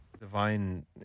divine